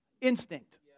instinct